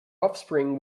offspring